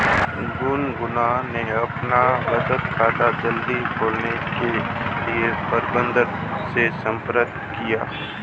गुनगुन ने अपना बचत खाता जल्दी खोलने के लिए प्रबंधक से संपर्क किया